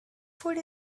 food